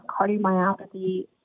cardiomyopathy